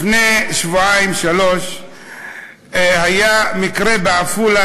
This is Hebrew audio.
לפני שבועיים-שלושה היה מקרה בעפולה,